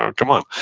ah come on,